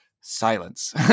silence